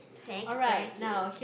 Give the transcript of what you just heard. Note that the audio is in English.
thank you thank you